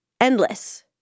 Endless